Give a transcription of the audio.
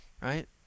right